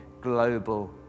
global